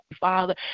Father